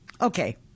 Okay